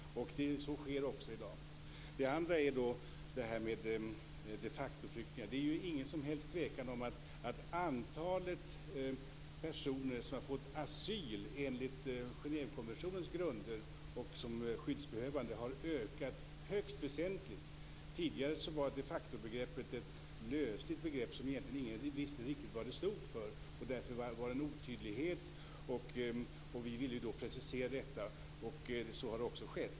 Så sker också i dag. För det andra vill jag beträffande de factoflyktingar säga att det inte är någon som helst tvekan om att antalet personer som har fått asyl enligt Genèvekonventionen som skyddsbehövande har ökat högst väsentligt. Tidigare var de facto-begreppet ett lösligt begrepp som ingen egentligen visste riktigt vad det stod för, och därför var det en otydlighet. Vi ville precisera detta, och så har också skett.